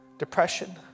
Depression